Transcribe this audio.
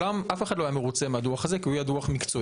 אף אחד לא היה מרוצה מהדוח הזה כי הוא היה דוח מקצועי.